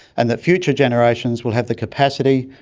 and that future generations will have the capacity,